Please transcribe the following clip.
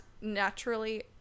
naturally